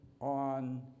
on